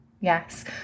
Yes